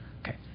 Okay